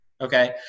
Okay